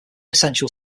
essential